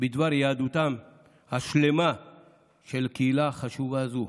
בדבר יהדותם השלמה של קהילה חשובה זו,